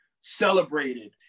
celebrated